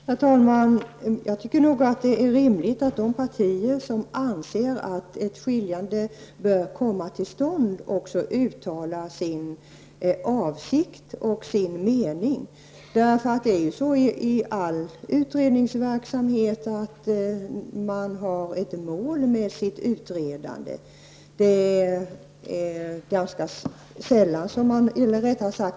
Herr talman! Jag tycker nog att det är rimligt att de partier som anser att ett skiljande bör komma till stånd också uttalar sin avsikt och sin mening. Det är ju så i all utredningsverksamhet att man har ett mål med sitt utredande.